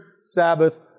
Sabbath